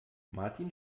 martin